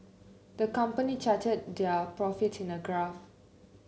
the company charted their profits in a graph